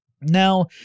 Now